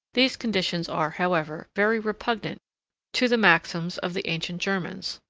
these conditions are, however, very repugnant to the maxims of the ancient germans,